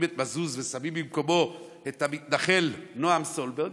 את מזוז ושמים במקומו את המתנחל נעם סולברג,